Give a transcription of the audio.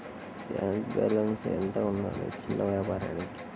Bank balance ఎంత ఉండాలి చిన్న వ్యాపారానికి?